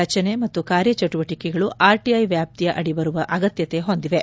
ರಚನೆ ಮತ್ತು ಕಾರ್ಯಚಟುವಟಕೆಗಳು ಆರ್ಟಐ ವ್ಲಾಪ್ತಿಯ ಅಡಿ ಬರುವ ಅಗತ್ನತೆ ಹೊಂದಿವೆ